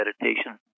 meditation